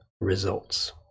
results